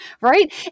Right